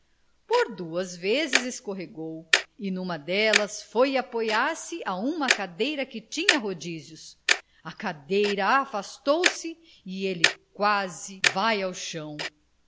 por duas vezes escorregou e numa delas foi apoiar se a uma cadeira que tinha rodízios a cadeira afastou-se e ele quase vai ao chão